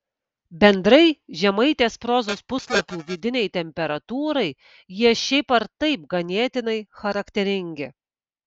bendrai žemaitės prozos puslapių vidinei temperatūrai jie šiaip ar taip ganėtinai charakteringi